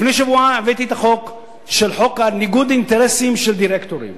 לפני שבוע הבאתי את חוק ניגוד האינטרסים של דירקטורים.